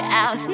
out